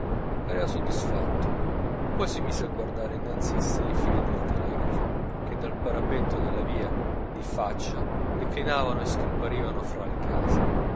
grembialetto pareva soddisfatto poi si mise a guardare innanzi a sè i fili del telegrafo che dal parapetto della via di faccia declinavano e scomparivano fra le case